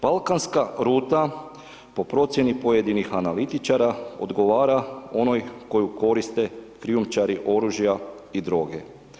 Balkanska ruta po procjeni pojedinih analitičara odgovara onoj koju koriste krijumčari oružja i droge.